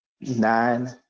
nine